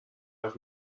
حرف